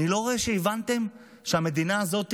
ואני לא רואה שהבנתם שהמדינה הזאת